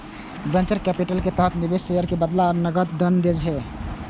venture capital के तहत निवेशक शेयर के बदला नकद धन दै छै